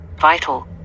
Vital